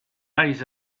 lays